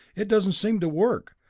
it doesn't seem to work,